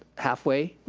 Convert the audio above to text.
halfway,